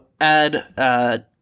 add